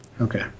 Okay